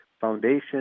foundation